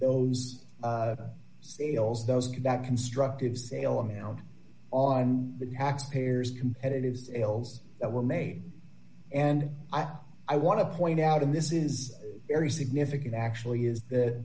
those sales those that constructive sale amount on the tax payers competitive sales that were made and i'll i want to point out and this is very significant actually is that